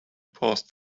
paused